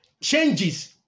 changes